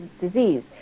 disease